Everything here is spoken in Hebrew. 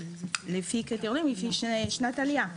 לפי שנת עלייה.